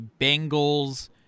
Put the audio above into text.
Bengals